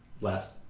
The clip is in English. last